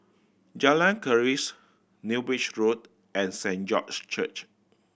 Jalan Keris New Bridge Road and Saint George Church